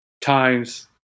times